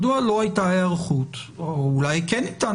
מדוע לא הייתה היערכות או אולי כן הייתה?